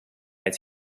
its